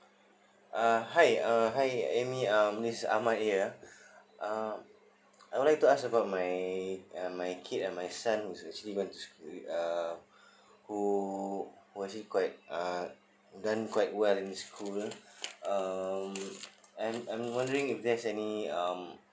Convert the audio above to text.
uh hi uh hi amy uh this is ahmad here uh I would like to ask about my uh my kid and my son who is act~ uh who who actually quite uh done quite well in school uh I'm I'm wondering if there's any um